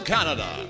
Canada